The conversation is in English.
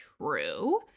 True